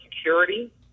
security